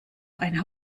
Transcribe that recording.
eine